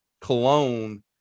cologne